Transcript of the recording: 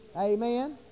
Amen